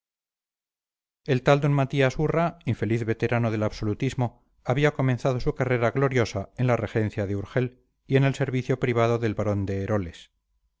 el tal d matías urra infeliz veterano del absolutismo había comenzado su carrera gloriosa en la regencia de urgel y en el servicio privado del barón de eroles